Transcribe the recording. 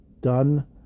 done